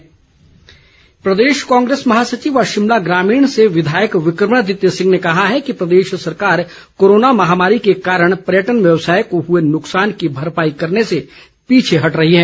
विक्रमादित्य सिंह प्रदेश कांग्रेस महासचिव व शिमला ग्रामीण से विधायक विक्रमादित्य सिंह ने कहा है कि प्रदेश सरकार कोरोना महामारी के कारण पर्यटन व्यवसाय को हुए नुकसान की भरपाई करने से पीछे हट रही है